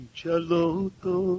chaloto